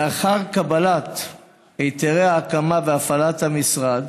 לאחר קבלת היתרי ההקמה וההפעלה המשרד